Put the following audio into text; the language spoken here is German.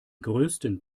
größten